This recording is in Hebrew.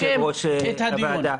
יושב-ראש הוועדה,